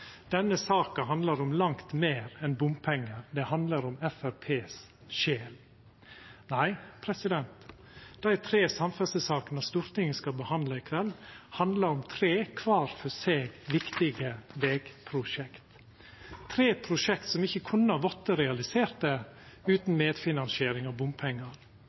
denne saka handlar om langt meir enn bompengar, ho handlar om Framstegspartiets sjel. Nei, dei tre samferdselssakene Stortinget skal behandla i kveld, handlar om tre kvar for seg viktige vegprosjekt, tre prosjekt som ikkje kunne ha vorte realiserte utan medfinansiering av bompengar.